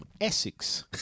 Essex